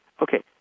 Okay